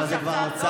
אבל זו כבר הרצאה.